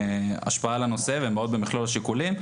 השפעה על הנושא והן באות במכלול השיקולים.